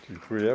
Dziękuję.